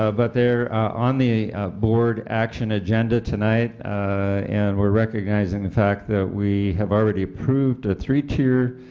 ah but they are on the board action agenda tonight and we are recognizing the fact that we have already approved three-tier